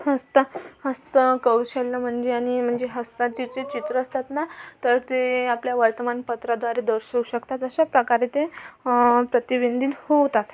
हस्त हस्तकौशल्य म्हणजे आणि म्हणजे हस्ताचे जे चित्र असतात ना तर ते आपल्या वर्तमानपत्राद्वारे दर्शवू शकतात अशाप्रकारे ते प्रतिबिंबित होतात